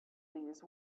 these